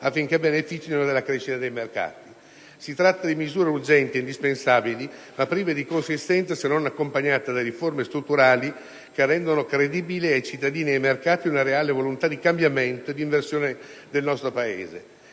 suoi concorrenti irregolari. Si tratta di misure urgenti e indispensabili, ma prive di consistenza se non accompagnate da riforme strutturali che rendano credibile ai cittadini e ai mercati una reale volontà di cambiamento e di innovazione del nostro Paese.